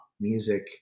music